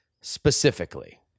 specifically